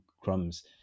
crumbs